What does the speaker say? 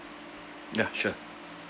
ya sure